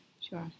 Sure